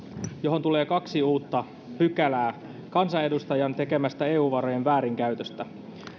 johon tulee kaksi uutta pykälää kansanedustajan tekemästä eu varojen väärinkäytöstä